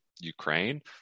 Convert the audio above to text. Ukraine